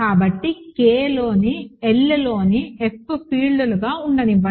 కాబట్టి Kలోని Lలోని F ఫీల్డ్లుగా ఉండనివ్వండి